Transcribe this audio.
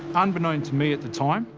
unbeknown to me at the time,